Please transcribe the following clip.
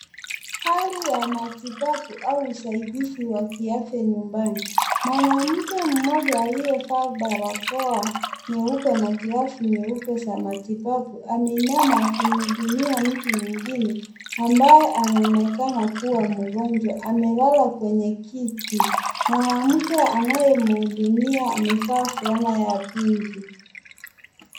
Hali ya matibabu au usaidizi wa kiafya nyumbani. Mwanamke mmoja aliyevaa barakoa nyeupe na glavu nyeupe za matibabu ameinama akimhudumia mtu mwingine ambaye anaonekana kuwa mgonjwa. Amelala kwenye kiti, mwanamke anaye mhudumia amevaa fulana ya pinki.